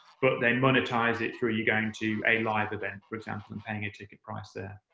but then monetises it through you going to a live event, for example, and paying a ticket price there.